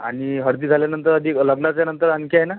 आणि हळदी झाल्यानंतर अधिक लग्नाच्यानंतर आणखी आहे ना